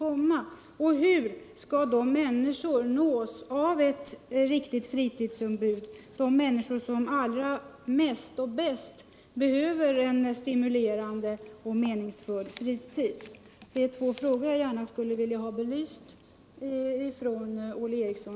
Och hur skall de människor nås av ett riktigt fritidsutbud som allra mest och allra bäst behöver en stimulerande och meningsfull fritid? Det är två frågor som jag gärna vill ha belysta av Olle Eriksson.